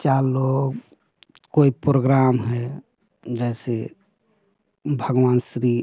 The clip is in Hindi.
चार लोग कोई प्रोग्राम है जैसे भगवान श्री